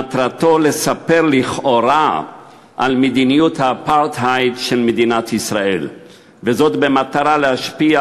מטרתו לספר לכאורה על מדיניות האפרטהייד של מדינת ישראל במטרה להשפיע